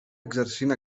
exercint